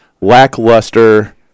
lackluster